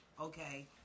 Okay